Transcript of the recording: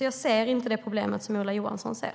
Jag ser inte det problem som Ola Johansson ser.